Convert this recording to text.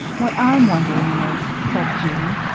what i'm wondering is, said jean,